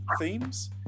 themes